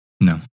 No